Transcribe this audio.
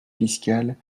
fiscales